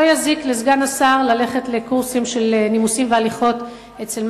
לא יזיק לסגן השר ללכת לקורסים של נימוסים והליכות אצל,